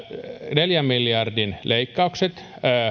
neljän miljardin leikkaukset